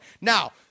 Now